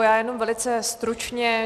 Já jenom velice stručně.